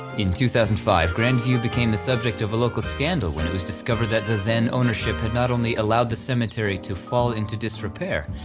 in two thousand and five grand view became the subject of a local scandal when it was discovered that the then ownership had not only allowed the cemetery to fall into disrepair,